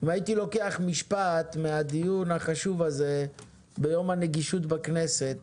הייתי לוקח משפט מן הדיון החשוב הזה ביום הנגישות בכנסת,